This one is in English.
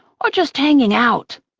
or just hanging out.